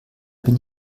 bin